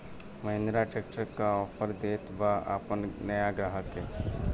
Mahindra tractor का offer देत बा अपना नया ग्राहक के?